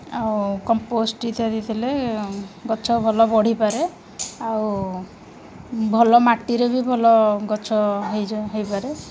ଆଉ କମ୍ପୋଷ୍ଟ୍ ଇତ୍ୟାଦି ଥିଲେ ଗଛ ଭଲ ବଢ଼ିପାରେ ଆଉ ଭଲ ମାଟିରେ ବି ଭଲ ଗଛ ହୋଇଯାଏ ହୋଇପାରେ